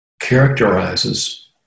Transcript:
characterizes